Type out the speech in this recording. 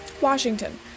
Washington